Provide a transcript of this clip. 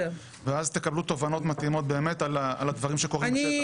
ואז תקבלו תובנות מתאימות באמת על הדברים שקורים בשטח.